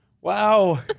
Wow